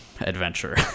adventure